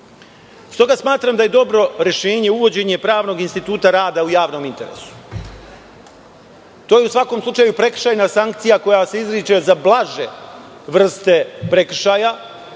prirode. Smatram da je dobro rešenje uvođenje pravnog instituta rada u javnom interesu. To je u svakom slučaju prekršajna sankcija koja se izriče za blaže vrste prekršaja,